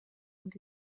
und